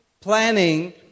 planning